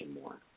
more